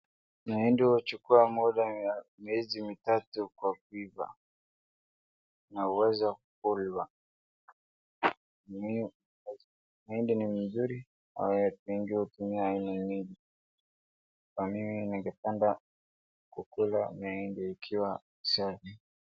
Mahindi huchukua muda wa miezi mitatu kwa kuiva na huweza kulwa. Mahindi ni mzuri ambayo watu wengi hutumia aina nyingi. Na mimi ningependa kukula mahindi ikiwa safi.